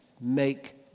make